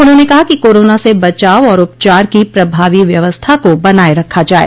उन्होंने कहा कि कोरोना से बचाव और उपचार की प्रभावी व्यवस्था को बनाये रखा जाये